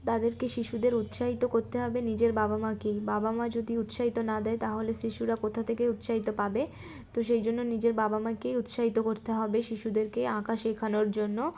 তাদেরকে শিশুদের উৎসাহিত করতে হবে নিজের বাবা মাকেই বাবা মা যদি উৎসাহিত না দেয় তাহলে শিশুরা কোথা থেকেই উৎসাহিত পাবে তো সেই জন্য নিজের বাবা মাকেই উৎসাহিত করতে হবে শিশুদেরকেই আঁকা শেখানোর জন্য